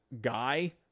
guy